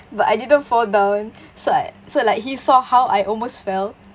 but I didn't fall down so I so like he saw how I almost fell